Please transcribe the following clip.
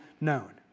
known